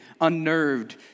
unnerved